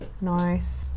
Nice